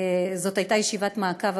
זאת הייתה ישיבת מעקב,